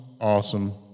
awesome